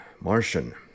Martian